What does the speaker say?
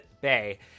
Bay